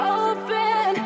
open